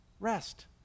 Rest